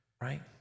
Right